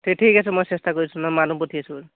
তে ঠিক আছে মই চেষ্টা কৰি আছোঁ মানুহ পঠিয়াই আছোঁ